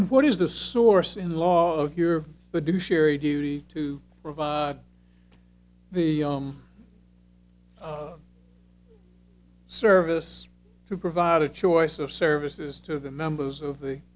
and what is the source in the law here but do sherry duty to provide the service to provide a choice of services to the members of the